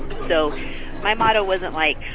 so my motto wasn't like,